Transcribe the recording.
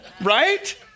Right